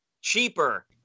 cheaper